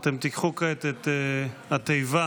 קחו כעת את התיבה